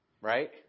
right